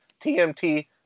TMT